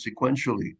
sequentially